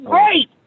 Great